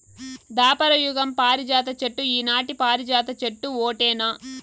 దాపర యుగం పారిజాత చెట్టు ఈనాటి పారిజాత చెట్టు ఓటేనా